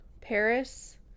Paris